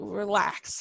relax